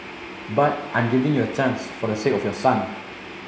but I'm giving you a chance for the sake of your son